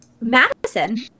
Madison